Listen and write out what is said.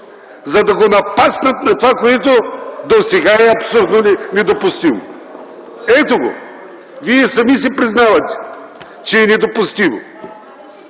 за да го напаснат на това, което досега е абсурдно и недопустимо. Ето, вие сами си признавате, че е недопустимо.